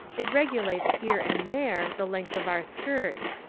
it regulates here and there the length of our skirts,